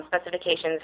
specifications